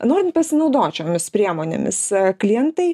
norin pasinaudot šiomis priemonėmis klientai